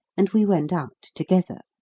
and we went out together.